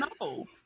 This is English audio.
no